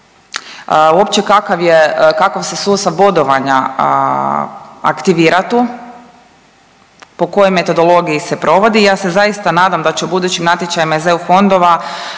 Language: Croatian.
je, kakav se sustav bodovanja aktivira tu, po kojoj metodologiji se provodi, ja se zaista nadam da će u budućim natječajima iz EU fondova